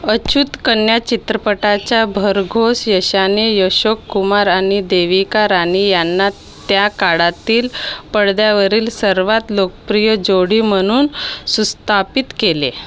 अछूत कन्या चित्रपटाच्या भरघोस यशाने अशोक कुमार आणि देविका राणी यांना त्या काळातील पडद्यावरील सर्वात लोकप्रिय जोडी म्हणून सुस्थापित केले